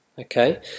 okay